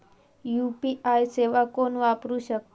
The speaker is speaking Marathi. यू.पी.आय सेवा कोण वापरू शकता?